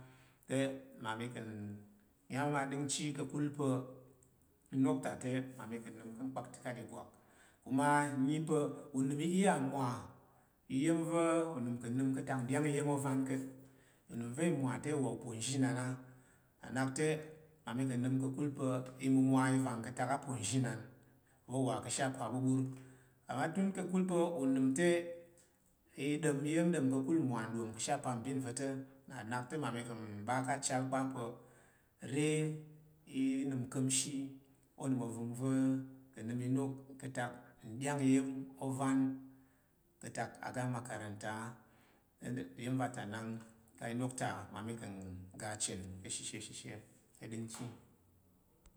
Te mmami ka̱ nnyam aɗingchi ka̱kul pa̱ inok ta te mmami ka̱ nəm ka̱ nkpaktakat igwak. Kuman nyi pa̱ unəm i iya mmuwa iya̱n va̱ unəm ka̱ nəm ka̱tak nɗy’ang iya̱n ovan ka̱t. Unəm va̱ i mwa te uwa uponzhi nan a. Nna’ nakte mmami ka̱ nənəm ka̱kul pa̱ imumwa i vang ka̱tak a’ponzhi nan, va̱ uwa kashe paɓuɓur. Amma tun ka̱kul pa̱ unəmte, i ɗom iya̱n ɗom ka̱kul mmwa nɗom ka̱she apambin va̱ta̱, nna nak te mmami ka’ mɓa ka̱ achal kpa̱ pa̱, re t nəmte, i ɗom iya̱n ɗom ka̱kul mmwa nɗom ka̱she apambin va̱ta̱, nna’ nak te mmami ka’ mɓa ka̱ achal kpa̱ pa̱ re t nəmnka̱mshi onəm ovəngva̱ ka̱ nəm inok ka̱tak ndy’ang iya̱n ovan ka̱tak oga amakaranta a’. Iya̱n va ta nang ka̱ inokta mmami ka̱ ngga achen kashishe shishe. I ɗingchi.